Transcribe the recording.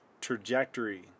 trajectory